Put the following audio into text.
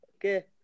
Okay